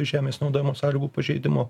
žemės naudojimo sąlygų pažeidimo